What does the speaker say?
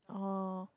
oh